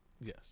Yes